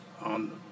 on